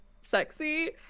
sexy